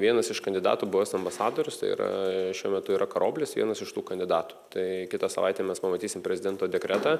vienas iš kandidatų buvęs ambasadorius tai yra šiuo metu yra karoblis vienas iš tų kandidatų tai kitą savaitę mes pamatysim prezidento dekretą